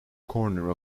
corner